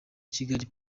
kigali